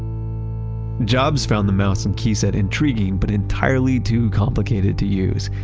jobs found the mouse and keyset intriguing but entirely too complicated to use.